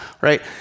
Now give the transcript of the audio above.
right